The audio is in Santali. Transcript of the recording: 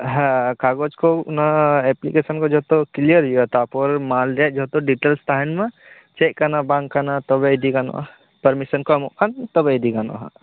ᱦᱟ ᱠᱟᱜᱚᱡ ᱠᱚ ᱚᱱᱟ ᱮᱯᱞᱤᱠᱮᱥᱚᱱ ᱠᱚ ᱡᱚᱛᱚ ᱠᱞᱤᱭᱟ ᱨ ᱦᱩᱭᱩᱜ ᱟ ᱛᱟᱯᱚᱨᱮ ᱢᱟᱞ ᱨᱮᱭᱟᱜ ᱡᱷᱚᱛᱚ ᱰᱤᱴᱮᱞᱥ ᱛᱟᱦᱮᱱᱢᱟ ᱪᱮᱫᱠᱟᱱᱟ ᱵᱟᱝᱠᱟᱱᱟ ᱛᱚᱵᱮ ᱤᱫᱤ ᱜᱟᱱᱚᱜ ᱟ ᱯᱟᱨᱢᱤᱥᱚᱱ ᱠᱚ ᱮᱢᱚᱜ ᱠᱷᱚᱱ ᱛᱚᱵᱮ ᱤᱫᱤ ᱜᱟᱱᱚᱜ ᱟ ᱱᱷᱟᱜ